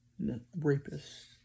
rapists